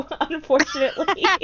unfortunately